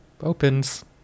opens